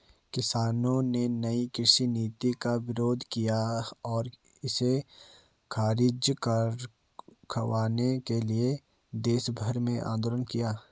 किसानों ने नयी कृषि नीति का विरोध किया और इसे ख़ारिज करवाने के लिए देशभर में आन्दोलन किया